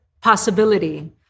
possibility